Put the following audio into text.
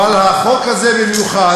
אבל החוק הזה במיוחד,